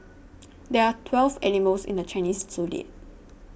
there are twelve animals in the Chinese zodiac